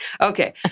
Okay